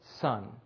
son